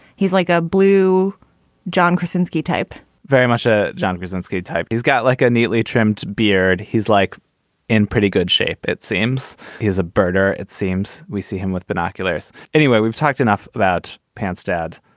he's like a blue john krasinski type very much a john brezinski type. he's got like a neatly trimmed beard. he's like in pretty good shape, it seems. he's a birder. it seems we see him with binoculars. anyway, we've talked enough about pants, dad,